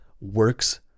works